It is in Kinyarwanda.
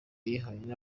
yihaye